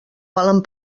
valen